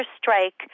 strike